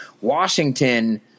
Washington